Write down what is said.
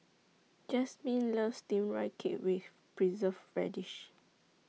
Jazmine loves Steamed Rice Cake with Preserved Radish